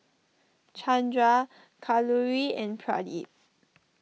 Chandra Kalluri and Pradip